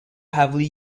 heavily